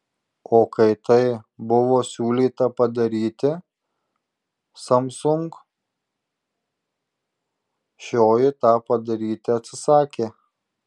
o kai tai buvo siūlyta padaryti samsung šioji tą padaryti atsisakė